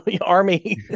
army